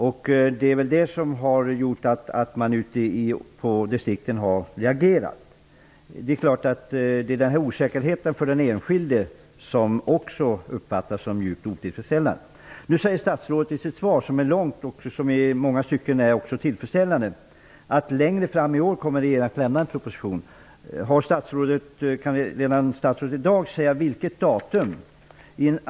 Det är väl det som har gjort att man har reagerat i de olika distrikten. Osäkerheten för den enskilde uppfattas som djupt otillfredsställande. Statsrådets svar är långt och i många stycken tillfredsställande. Hon säger att regeringen kommer att lägga fram en proposition längre fram i år. Kan statsrådet redan i dag säga vilket datum?